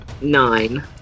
Nine